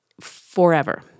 forever